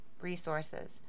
resources